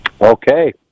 Okay